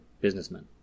Businessmen